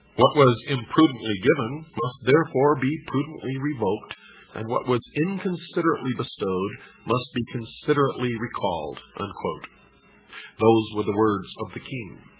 what was imprudently given must therefore be prudently revoked and what was inconsiderately bestowed must be considerately recalled. and those were the words of the king.